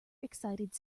excited